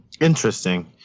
Interesting